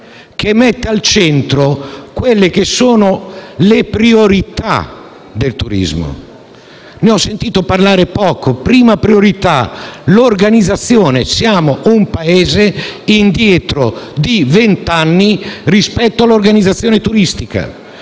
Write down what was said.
che metta al centro le priorità del turismo. Ne ho sentito parlare poco. La prima priorità è l'organizzazione: siamo un Paese indietro di vent'anni rispetto all'organizzazione turistica.